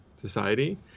society